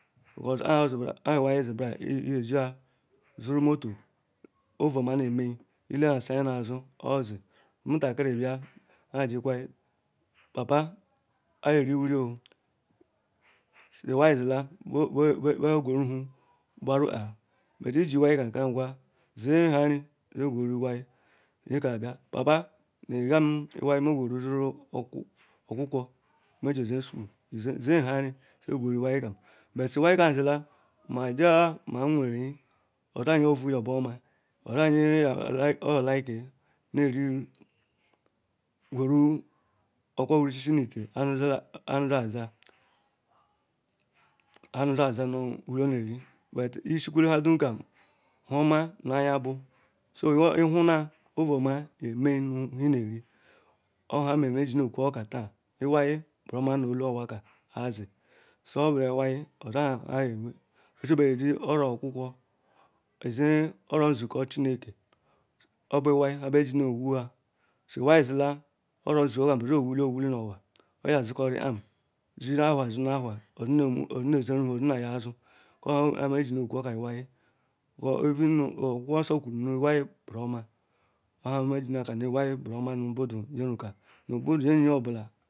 But kpo ozi nbram kpe ewia zinbram iyejiha suru motor, ovuoma ne mei, ilehechi enya nu azu ozi, omutakiri bia ne gikwaru papa anyi yeri wuri sunu ewia zilan be yekwuru ihu gbarukpaa but iji ewia enya ka ngwa zie hari ji gweru ewia, nyeka bia papa bia yegam ewia me gweru suru okwokwo me qweru zi schoolo, zieharun ji qweru ewia but su ewia kam ndilun, ma jiwa ma nweren oda enye ovuyoburuomu, oda enya oya aliki ne ri qweru okwokwonri shishi nu itee anu zila, anu dazia. anu dazia nu nhe oneri but ishikwale han dum kam, nhuoma nu enya bu, so ihuna ovuoma yemei nu ehi eneri oya mene meji nu okwo oka taan ewia buru oma nu elenwa azi, su obula ewia oda ehi anya owu obubedi orokwokwo, ezi oro-ns ke chinike obu ewia bu eji nu owua, su ewia beuan oronsuko kam be yowulam ovulen nu anwa oya sikoririkpan ji nu aduu du nu ahua ozi ne jinu vuhu odia aya aʒu oya menu su enji okwo oka ewia even nu okwokwo nso kwunu ewia buruoma oha meru me ji na kanu ewia buru oma nu budu nyeruka nu budu nye nu nye obulan.